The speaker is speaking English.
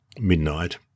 Midnight